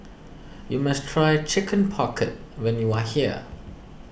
you must try Chicken Pocket when you are here